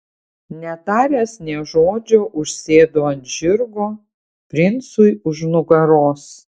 netaręs nė žodžio užsėdo ant žirgo princui už nugaros